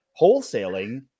wholesaling